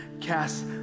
cast